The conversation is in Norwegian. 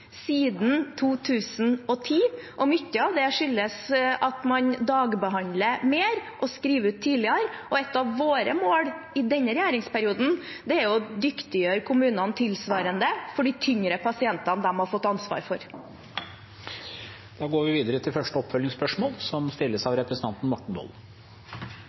siden 2010, og mye av det skyldes at man dagbehandler mer og skriver ut tidligere. Et av våre mål i denne regjeringsperioden er å dyktiggjøre kommunene tilsvarende for de tyngre pasientene som de har fått ansvar for.